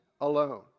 alone